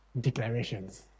Declarations